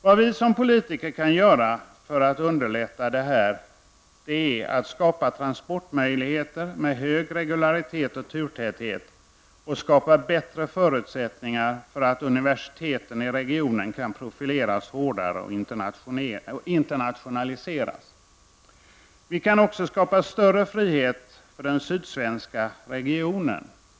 Vad vi som politiker kan göra för att underlätta detta är att skapa transportmöjligheter med hög regularitet och turtäthet och att skapa bättre förutsättningar för universiteten i regionen att profilera sig hårdare och internationaliseras. Vi kan också skapa större frihet för den sydsvenska regionen.